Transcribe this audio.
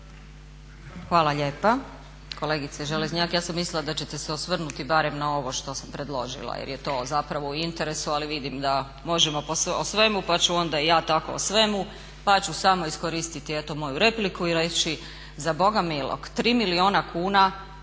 Hvala lijepa. Kolegice Želežnjak ja sam mislila da ćete se osvrnuti barem na ovo što sam predložila jer je to zapravo u interesu, ali vidim da možemo o svemu pa ću onda i ja tako o svemu. Pa ću samo iskoristiti eto moju repliku i reći za Boga milog 3 milijuna kuna